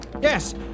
Yes